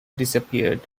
disappeared